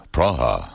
Praha